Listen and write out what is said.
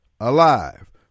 alive